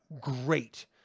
great